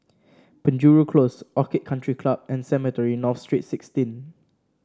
Penjuru Close Orchid Country Club and Cemetry North Street Sixteen